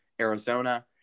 Arizona